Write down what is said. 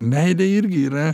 meilė irgi yra